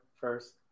first